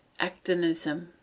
actinism